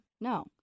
No